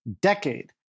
decade